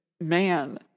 man